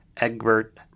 Egbert